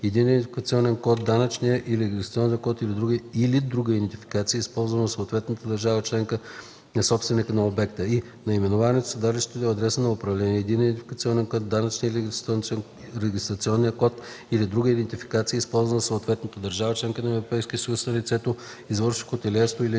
единния идентификационен код, данъчния или регистрационния код или друга идентификация, използвана в съответната държава членка на собственика на обекта; и) наименованието, седалището и адреса на управление, единния идентификационен код, данъчния или регистрационния код или друга идентификация, използвана в съответната държава – членка на Европейския съюз на лицето, извършващо хотелиерство или